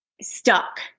stuck